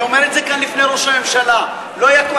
אני אומר את זה כאן, לפני ראש הממשלה: לא יקום.